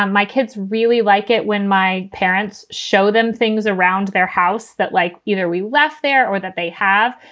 ah my kids really like it when my parents show them things around their house that, like, either we left there or that they have.